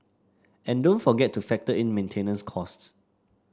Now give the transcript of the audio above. and don't forget to factor in maintenance costs